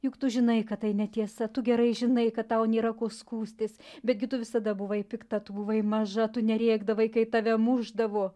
juk tu žinai kad tai netiesa tu gerai žinai kad tau nėra ko skųstis bet gi tu visada buvai pikta tu buvai maža tu nerėkdavai kai tave mušdavo